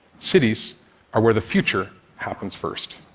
cities are where the future happens first.